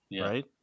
Right